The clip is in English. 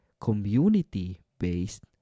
community-based